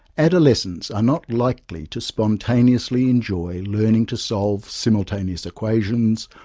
adolescents are not likely to spontaneously enjoy learning to solve simultaneous equations,